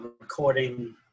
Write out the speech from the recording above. recording